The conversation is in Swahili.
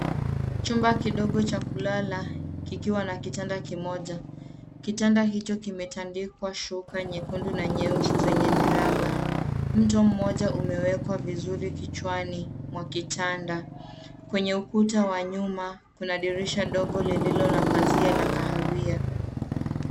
Chumba kidogo cha kulala kikiwa na kitanda kimoja. Kitanda hicho kimetandikwa shuka nyekundu na nyeusi zenye miraba. Mto mmoja umewekwa vizuri kichwani mwa kitanda. Kwenye ukuta wa nyuma, kuna dirisha ndogo lililo na pazia la kahawia.